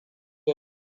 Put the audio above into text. ya